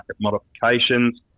modifications